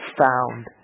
found